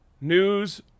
news